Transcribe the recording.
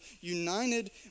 united